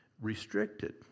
restricted